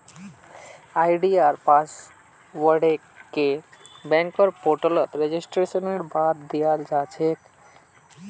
आई.डी.आर पासवर्डके बैंकेर पोर्टलत रेजिस्ट्रेशनेर बाद दयाल जा छेक